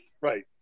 Right